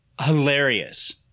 Hilarious